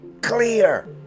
clear